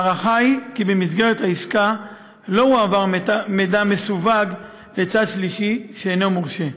ההערכה היא כי במסגרת העסקה לא הועבר מידע מסווג לצד שלישי שאינו מורשה.